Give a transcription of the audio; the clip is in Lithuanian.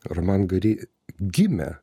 roman gary gimė